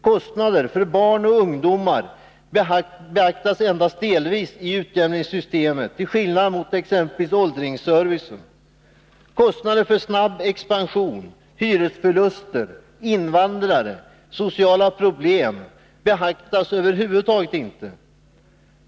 Kostnader för barn och ungdomar beaktas endast delvis, till skillnad mot kostnaderna för t.ex. åldringsservicen. Kostnader som sammanhänger med snabb expansion, hyresförluster, invandrare och sociala problem beaktas över huvud taget inte.